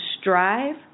strive